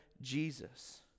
Jesus